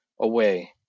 away